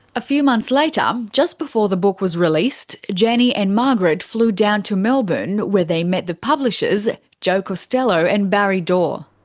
a few months later, just before the book was released, jenny and margaret flew down to melbourne where they met the publishers jo costello and barry dorr.